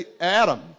Adam